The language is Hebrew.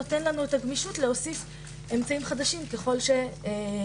נותן לנו את הגמישות להוסיף אמצעים חדשים ככל שיפותחו